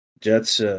Jets